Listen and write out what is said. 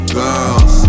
girls